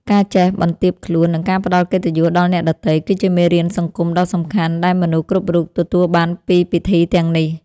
ការចេះបន្ទាបខ្លួន និងការផ្តល់កិត្តិយសដល់អ្នកដទៃ គឺជាមេរៀនសង្គមដ៏សំខាន់ដែលមនុស្សគ្រប់រូបទទួលបានពីពិធីទាំងនេះ។